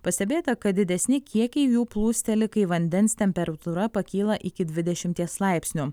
pastebėta kad didesni kiekiai jų plūsteli kai vandens temperatūra pakyla iki dvidešimties laipsnių